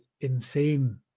insane